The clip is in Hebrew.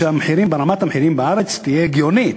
שרמת המחירים בארץ תהיה הגיונית,